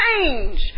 change